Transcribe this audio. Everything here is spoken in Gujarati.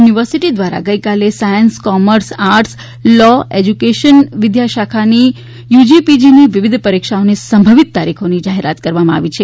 યુનીવર્સીટી દ્વારા ગઈકાલે સાયન્સ કોમર્સ આર્ટસલોએજ્યુકેશન વિદ્યા શાખાની યુજી પીજીની વિવિધ પરીક્ષાઓની સંભવિત તારીખોની જાહેરાત કરવામાં આવી છે